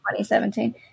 2017